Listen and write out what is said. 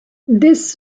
this